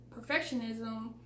perfectionism